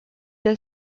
der